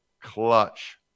clutch